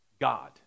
God